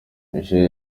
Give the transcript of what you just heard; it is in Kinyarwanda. michelle